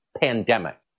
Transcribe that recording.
pandemic